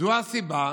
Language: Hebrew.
זו הסיבה